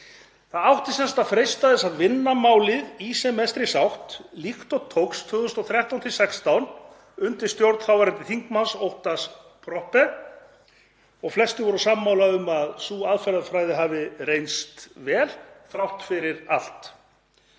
Það átti sem sagt að freista þess að vinna málið í sem mestri sátt líkt og tókst 2013–2016 undir stjórn þáverandi þingmanns, Óttars Proppés, og voru flestir sammála um að sú aðferðafræði hefði reynst vel þrátt fyrir allt.